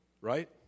Right